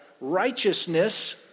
Righteousness